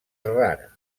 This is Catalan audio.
rara